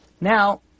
Now